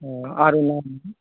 ओ आर नयामे